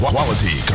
Quality